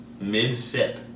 mid-sip